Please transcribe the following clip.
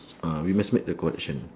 ah we must make the correction